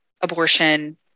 abortion